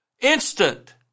Instant